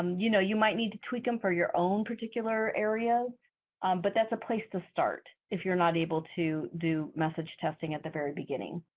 um you know you might need to tweak them for your own particular area but that's a place to start if you're not able to do message testing at the very beginning.